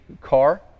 car